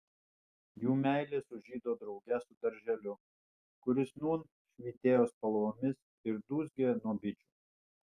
jų meilė sužydo drauge su darželiu kuris nūn švytėjo spalvomis ir dūzgė nuo bičių